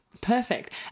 Perfect